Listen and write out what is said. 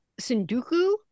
Sunduku